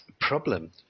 problem